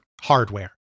hardware